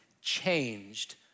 changed